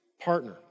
partner